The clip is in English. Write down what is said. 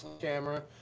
camera